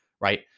right